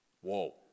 Whoa